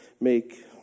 make